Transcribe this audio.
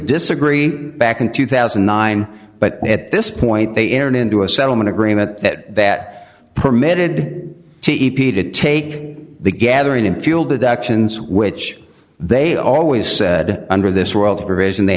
disagree back in two thousand and nine but at this point they entered into a settlement agreement that that permitted to e p a to take the gathering in fuel deductions which they always said under this world and they